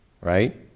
Right